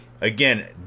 Again